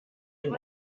dem